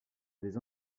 des